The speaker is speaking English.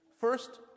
first